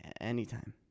anytime